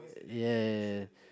ya ya ya ya